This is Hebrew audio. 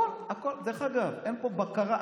דרך אגב, אין פה בקרה.